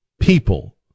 People